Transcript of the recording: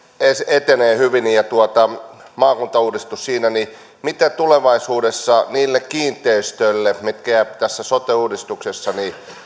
etenee hyvin ja maakuntauudistus siinä niin mitä tulevaisuudessa tapahtuu niille kiinteistöille mitkä jäävät tässä sote uudistuksessa